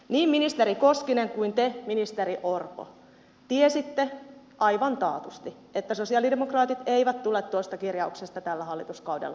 niin ministeri koskinen kuin te ministeri orpo tiesitte aivan taatusti että sosialidemokraatit eivät tule tuosta kirjauksesta tällä hallituskaudella luopumaan